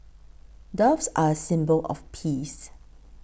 doves are a symbol of peace